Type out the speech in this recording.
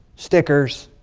stickers,